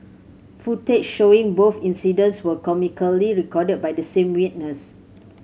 footage showing both incidents were comically recorded by the same witness